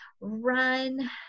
run